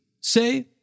say